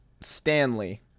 Stanley